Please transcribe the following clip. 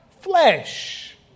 flesh